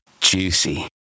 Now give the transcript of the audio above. juicy